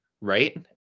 right